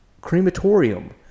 Crematorium